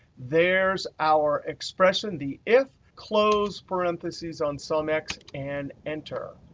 there's our expression. the if close parentheses on sumx and enter.